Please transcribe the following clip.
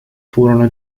furono